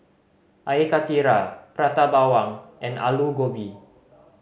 Air Karthira Prata Bawang and Aloo Gobi